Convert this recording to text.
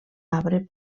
arbre